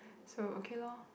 so okay loh